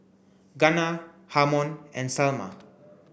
Gunnar Harmon and Salma